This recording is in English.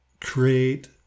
create